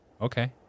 Okay